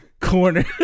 corner